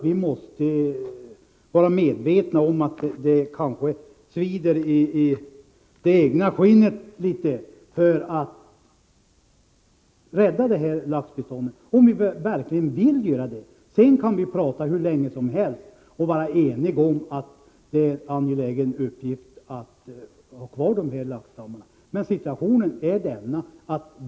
Vi måste vara medvetna om att det kanske svider litet i det egna skinnet, om vi skall kunna rädda laxbeståndet. Vad det gäller är om vi verkligen vill göra detta. Sedan kan vi prata hur mycket som helst och vara eniga om det angelägna i att ha kvar laxstammarna.